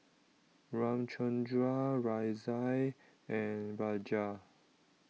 Ramchundra Razia and Raja